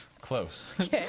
Close